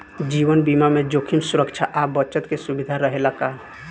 जीवन बीमा में जोखिम सुरक्षा आ बचत के सुविधा रहेला का?